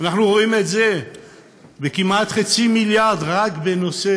אנחנו רואים את זה בכמעט חצי מיליארד רק לנושא